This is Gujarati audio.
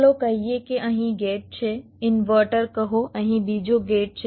ચાલો કહીએ કે અહીં ગેટ છે ઇન્વર્ટર કહો અહીં બીજો ગેટ છે